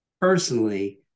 personally